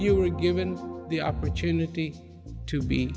you are given the opportunity to be